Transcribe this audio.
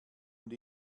und